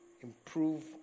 improve